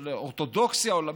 של אורתודוקסיה עולמית?